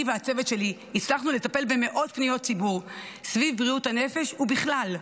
אני והצוות שלי הצלחנו לטפל במאות פניות ציבור סביב בריאות הנפש ובכלל.